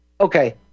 Okay